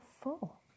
full